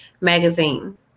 Magazine